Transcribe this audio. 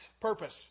purpose